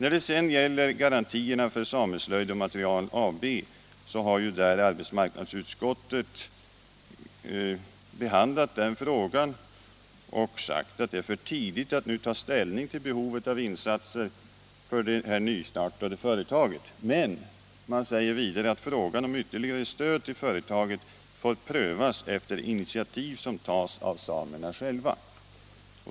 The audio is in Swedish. Frågan om garantier för Sameslöjd och Material AB har arbetsmarknadsutskottet behandlat och sagt att det är för tidigt att nu ta ställning till behovet av insatser för det här nystartade företaget. Men utskottet säger vidare att frågan om ytterligare stöd till företaget får prövas efter initiativ som tas av samerna själva.